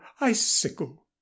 icicle